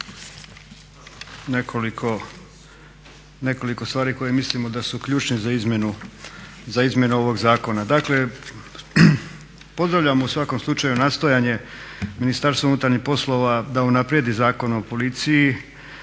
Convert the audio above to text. nekoliko stvari koje mislimo da su ključne za izmjenu ovog zakona. Dakle, pozdravljam u svakom slučaju nastojanje Ministarstva unutarnjih poslova da unaprijedi Zakon o policiji